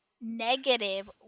negative